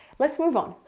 let's move on.